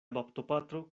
baptopatro